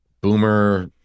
boomer